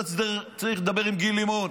אתה צריך לדבר עם גיל לימון,